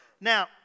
Now